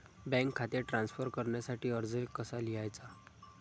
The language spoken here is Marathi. बँक खाते ट्रान्स्फर करण्यासाठी अर्ज कसा लिहायचा?